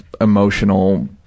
emotional